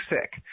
sick